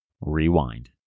Rewind